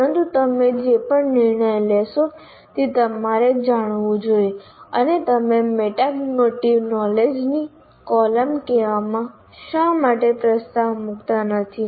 પરંતુ તમે જે પણ નિર્ણય લેશો તે તમારે જાણવું જોઈએ અને તમે મેટાકોગ્નેટીવ નોલેજ ની કૉલમ કહેવા માટે શા માટે પ્રસ્તાવ મૂકતા નથી